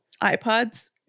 iPods